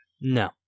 No